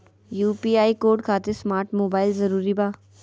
UPI code खातिर smart mobile जरूरी बा?